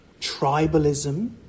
tribalism